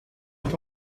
est